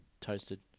Toasted